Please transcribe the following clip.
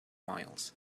miles